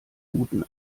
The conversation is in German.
minuten